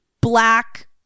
black